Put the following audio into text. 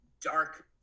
dark